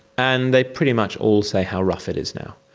and they pretty much all say how rough it is now.